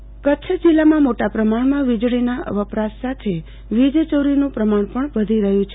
L વીજચોરી તપાસ કચ્છ જિલ્લામાં મોટા પ્રમાણમાં વિજળીના વપરાશ સાથે વીજચોરીનું પ્રમાણ પણ વધી રહ્યુ છે